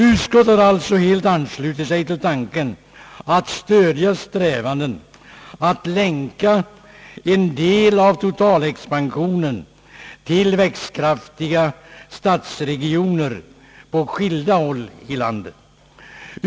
Utskottet har alltså helt anslutit sig till tanken att stödja strävandena att länka en del av totalexpansionen till växtkraftiga stadsregioner på skilda håll i landet.